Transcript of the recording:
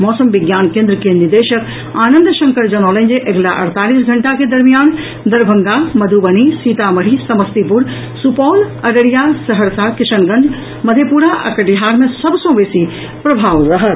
मौसम विज्ञान केंद्र के निदेशक आनंद शंकर जनौलनि जे अगिला अड़तालीस घंटा के दरमियान दरभंगा मधुबनी सीतामढ़ी समस्तीपुर सुपौल अररिया सहरसा किशनगंज मधेपुरा आ कटिहार मे सभ सँ बेसी प्रभाव रहत